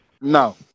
No